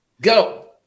go